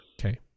Okay